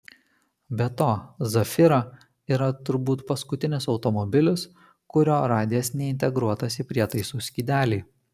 be to zafira yra turbūt paskutinis automobilis kurio radijas neintegruotas į prietaisų skydelį